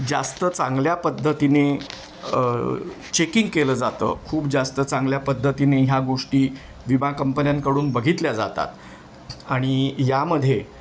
जास्त चांगल्या पद्धतीने चेकिंग केलं जातं खूप जास्त चांगल्या पद्धतीने ह्या गोष्टी विमा कंपन्यांकडून बघितल्या जातात आणि यामध्ये